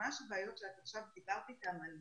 ממש הבעיות שאת דיברת עליהן,